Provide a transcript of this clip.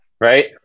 right